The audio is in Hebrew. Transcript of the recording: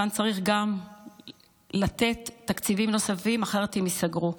כאן צריך גם לתת תקציבים נוספים, אחרת הם ייסגרו,